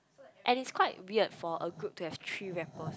and it's quite weird for a group to have three rappers